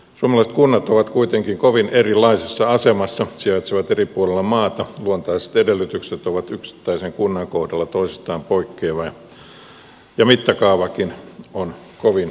suomalaiset kunnat ovat kuitenkin kovin erilaisessa asemassa sijaitsevat eri puolilla maata luontaiset edellytykset ovat yksittäisten kuntien kohdalla toisistaan poikkeavia ja mittakaavakin on kovin erilainen